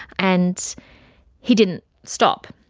and he didn't stop.